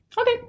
Okay